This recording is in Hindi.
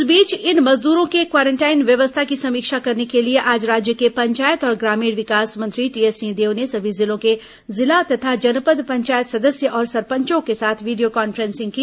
इस बीच इन मजद्रों के क्वारेंटाइन व्यवस्था की समीक्षा करने के लिए आज राज्य के पंचायत और ग्रामीण विकास मंत्री टीएस सिंहर्देव ने सभी जिलों के जिला तथा जनपद पंचायत सदस्य और सरपंचों के साथ वीडियो कॉन्फ्रेसिंग की